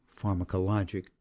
pharmacologic